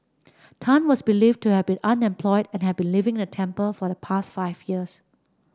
Tan was believed to have been unemployed and had been living in the temple for the past five years